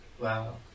Wow